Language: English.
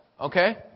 okay